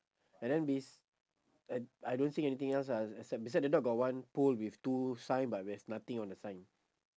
and then this I I don't see anything else ah except beside the dog got one pole with two sign but there's nothing on the sign